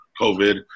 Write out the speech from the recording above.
COVID